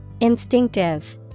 Instinctive